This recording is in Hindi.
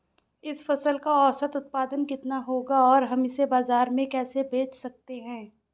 इस फसल का औसत उत्पादन कितना होगा और हम इसे बाजार में कैसे बेच सकते हैं?